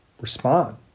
respond